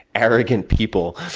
arrogant people,